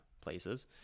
places